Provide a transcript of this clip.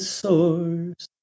source